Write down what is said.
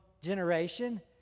generation